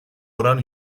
oran